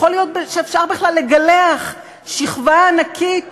יכול להיות שאפשר בכלל לגלח שכבה ענקית